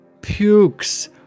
Pukes